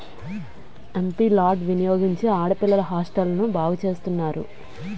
MP లార్డ్ వినియోగించి ఆడపిల్లల హాస్టల్ను బాగు చేస్తున్నారు